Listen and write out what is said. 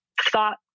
thought